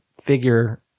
figure